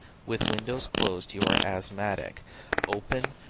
with windows closed you are asthmatic open,